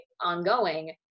ongoing